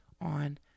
on